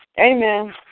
Amen